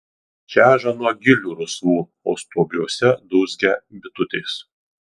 čeža nuo gilių rusvų o stuobriuose dūzgia bitutės